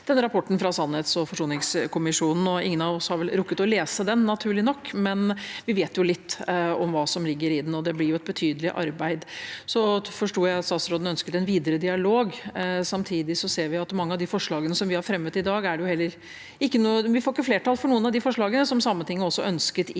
denne rapporten fra sannhets- og forsoningskommisjonen. Ingen av oss har vel rukket å lese den – naturlig nok – men vi vet litt om hva som ligger i den, og det blir et betydelig arbeid. Så forsto jeg at statsråden ønsket en videre dialog. Samtidig ser vi at av de forslagene vi har fremmet i dag, får vi ikke flertall for noen av de forslagene som Sametinget har ønsket inn